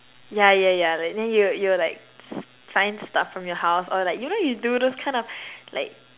yeah yeah yeah like then you will you will like find stuff from your house or like you know do those kind of like